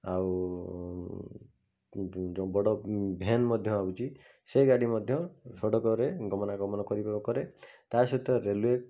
ଆଉ ଯେଉଁ ବଡ଼ ଭ୍ୟାନ୍ ମଧ୍ୟ ଆଉଛି ସେଇ ଗାଡ଼ି ମଧ୍ୟ ସଡ଼କରେ ଗମନା ଗମନ କରିବା କରେ ତା'ସହିତ ରେଲ୍ୱେ